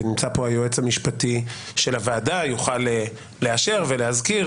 ונמצא פה היועץ המשפטי של הוועדה והוא יוכל לאשר ולהזכיר